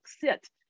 sit